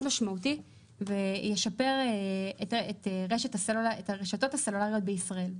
משמעותי וישפר את הרשתות הסלולריות בישראל.